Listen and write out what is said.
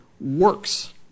works